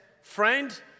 Friend